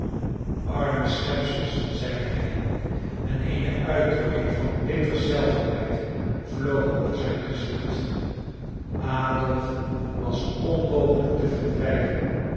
arme schepsels zeide hij en eene uitdrukking van bitter zelfverwijt vloog over zijn gezicht adolf was onmogelijk te verdrijven